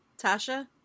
Tasha